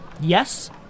Yes